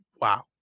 wow